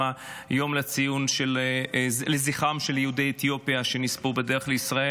היום לציון זכרם של יהודי אתיופיה שנספו בדרך לישראל,